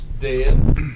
dead